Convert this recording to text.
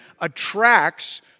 attracts